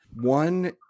one